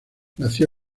nació